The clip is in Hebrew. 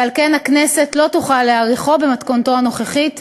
ועל כן הכנסת לא תוכל להאריכו במתכונתו הנוכחית,